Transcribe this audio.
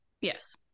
Yes